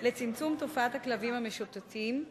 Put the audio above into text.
לצמצום תופעת הכלבים המשוטטים,